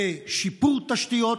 בשיפור תשתיות,